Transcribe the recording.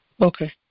Okay